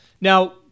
now